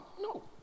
No